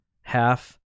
half